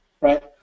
right